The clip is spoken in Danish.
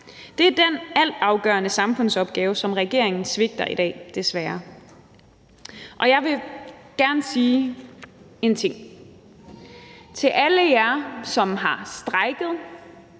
Det er den altafgørende samfundsopgave, som regeringen svigter i dag, desværre. Jeg vil gerne sige en ting til alle jer, som har strejket,